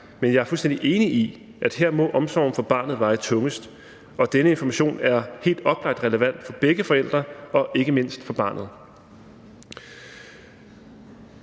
men jeg er fuldstændig enig i, at her må omsorgen for barnet veje tungest, og denne information er helt oplagt relevant for begge forældre og ikke mindst for barnet.